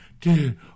Dude